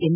M